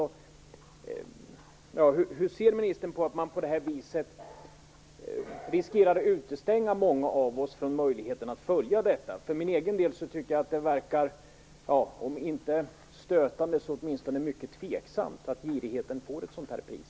Hur ser ministern på att man på det här viset riskerar att utestänga många av oss från möjligheten att följa detta? För egen del tycker jag att det verkar om inte stötande så åtminstone mycket tveksamt att girigheten får ett sådant här pris.